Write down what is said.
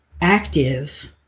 active